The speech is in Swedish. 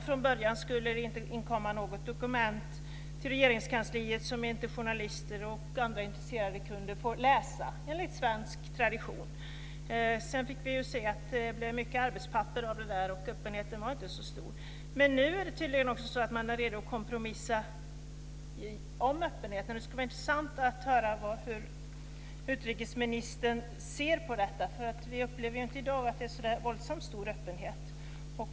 Från början skulle det inte finnas några inkomna dokument på Regeringskansliet som journalister och andra intresserade inte fick läsa, enligt svensk tradition. Sedan fick vi se att det blev mycket arbetspapper. Öppenheten var inte så stor. Nu är man tydligen redo att kompromissa om öppenheten. Det skulle vara intressant att höra hur utrikesministern ser på det. Vi upplever i dag att det inte är så våldsamt stor öppenhet.